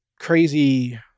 crazy